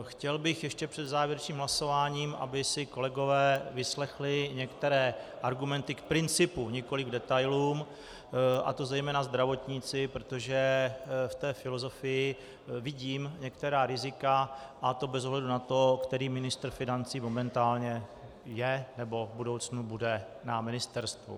Chtěl bych ještě před závěrečným hlasováním, aby si kolegové vyslechli některé argumenty k principu, nikoli detailům, a to zejména zdravotníci, protože v té filozofii vidím některá rizika, a to bez ohledu na to, který ministr financí momentálně je nebo v budoucnu bude na ministerstvu.